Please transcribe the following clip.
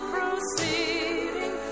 Proceeding